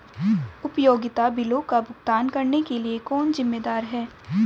उपयोगिता बिलों का भुगतान करने के लिए कौन जिम्मेदार है?